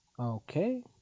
Okay